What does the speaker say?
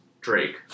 drake